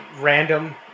random